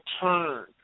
turn